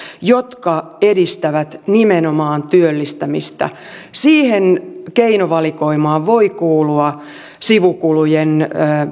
jotka edistävät nimenomaan työllistämistä siihen keinovalikoimaan voi kuulua sivukulujen